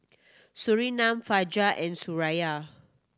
Surinam Fajar and Suraya